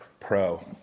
Pro